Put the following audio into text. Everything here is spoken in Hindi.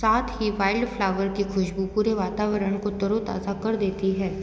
साथ ही वाइल्ड फ़्लावर की खुश्बू पूरे वातावरण को तरो ताज़ा कर देती है